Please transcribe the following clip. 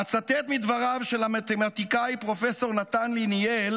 אצטט מדבריו של המתמטיקאי פרופ' נתן ליניאל